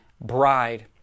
bride